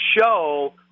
show